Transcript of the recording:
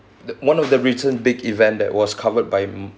the one of the written big event that was covered by